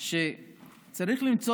שצריך למצוא